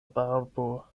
barbo